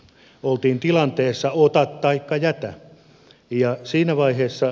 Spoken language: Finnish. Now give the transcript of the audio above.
oltiin tilanteessa ota taikka jätä